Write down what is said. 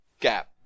gap